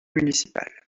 municipale